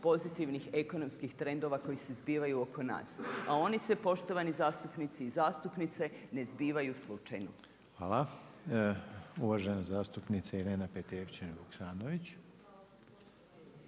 pozitivnih ekonomskih trendova koji se zbivaju oko nas. A oni se poštovani zastupnici i zastupnice ne zbivaju slučajno. **Reiner, Željko (HDZ)** Hvala. Uvažena zastupnice Irena Petrijevčanin Vuksanović.